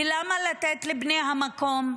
למה לתת לבני המקום?